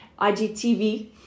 IGTV